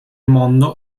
mondo